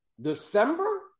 December